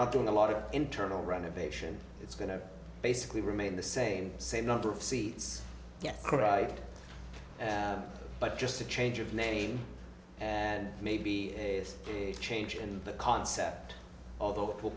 not doing a lot of internal renovation it's going to basically remain the same same number of seats yes right but just to change of name yeah maybe a change in the concept although it will